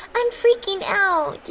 i'm freaking out.